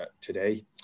today